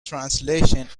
translation